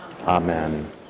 Amen